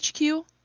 hq